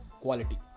quality